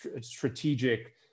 strategic